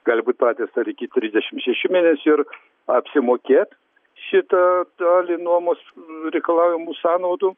gali būt patys ar iki trisdešimt šeši mėnesių ir apsimokėt šitą dalį nuomos reikalaujamų sąnaudų